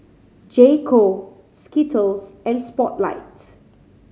J Co Skittles and Spotlight